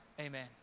amen